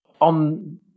on